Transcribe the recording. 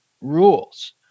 rules